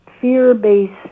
fear-based